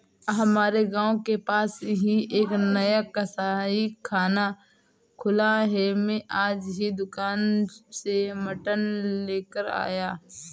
हमारे गांव के पास ही एक नया कसाईखाना खुला है मैं आज ही दुकान से मटन लेकर आया